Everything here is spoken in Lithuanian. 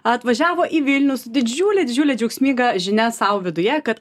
atvažiavo į vilnius su didžiule didžiule džiaugsminga žinia sau viduje kad